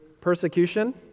persecution